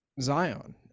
Zion